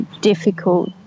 difficult